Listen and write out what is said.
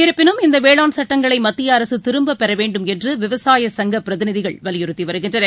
இருப்பினும் இந்த வேளாண் சட்டங்களை மத்திய அரசு திரும்பப் பெற வேண்டும் என்று விவசாய சங்கப் பிரதிநிதிகள் வலியுறுத்தி வருகின்றனர்